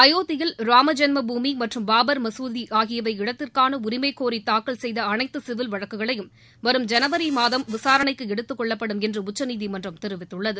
அயோத்தியில் ராம்ஜென்ம பூமி மற்றும் பாபர் மகுதி ஆகியவை இடத்திற்கான உரிமைகோரி தாக்கல் செய்த அனைத்து சிவில் வழக்குகளையும் வரும் ஜனவரி மாதம் விசாரணைக்கு எடுத்துக் கொள்ளப்படும் என்று உச்சநீதிமன்றம் தெரிவித்துள்ளது